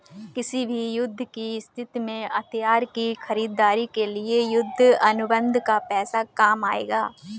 किसी भी युद्ध की स्थिति में हथियार की खरीदारी के लिए युद्ध अनुबंध का पैसा काम आएगा